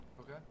Okay